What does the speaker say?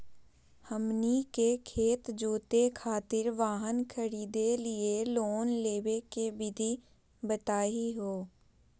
हमनी के खेत जोते खातीर वाहन खरीदे लिये लोन लेवे के विधि बताही हो?